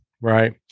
right